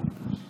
לגבי החוק,